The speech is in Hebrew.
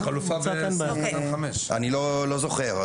זה חלופה --- אני לא זוכר.